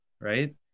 right